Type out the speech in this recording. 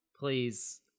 Please